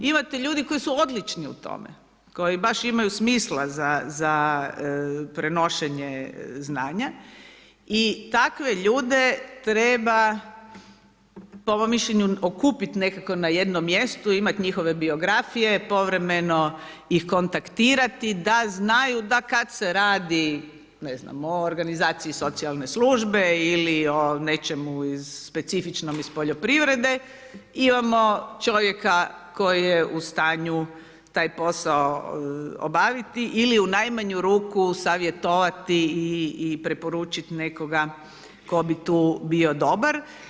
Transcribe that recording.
Imate ljudi koji su odlični u tome, koji baš imaju smisla za prenošenje znanja i takve ljude treba po mom mišljenju okupiti nekako na jednom mjestu imati njihove biografije, povremeno ih kontaktirati da znaju da kada se radi, ne znam o organizaciji socijalne službe ili o nečemu iz, specifičnom iz poljoprivrede imamo čovjeka koji je u stanju taj posao obaviti ili u najmanju ruku savjetovati i preporučiti nekoga tko bi tu bio dobar.